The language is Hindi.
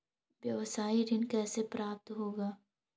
व्यावसायिक ऋण कैसे प्राप्त होगा?